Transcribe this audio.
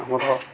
ଆମର